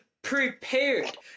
prepared